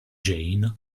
jane